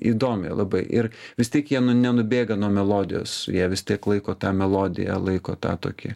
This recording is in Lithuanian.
įdomi labai ir vis tiek jie nu nenubėga nuo melodijos jie vis tiek laiko tą melodiją laiko tą tokį